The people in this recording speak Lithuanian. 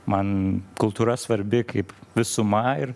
man kultūra svarbi kaip visuma ir